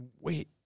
Wait